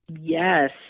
Yes